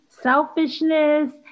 selfishness